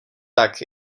tak